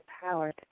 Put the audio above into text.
power